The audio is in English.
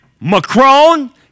Macron